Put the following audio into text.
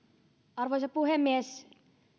arvoisa puhemies